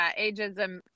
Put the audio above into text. ageism